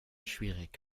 schwierig